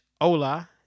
hola